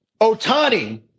Otani